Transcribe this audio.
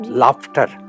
laughter